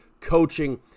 coaching